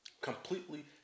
Completely